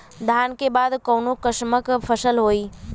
धान के बाद कऊन कसमक फसल होई?